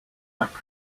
which